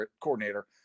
coordinator